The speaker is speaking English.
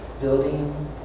building